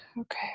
Okay